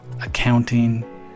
accounting